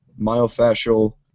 myofascial